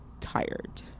tired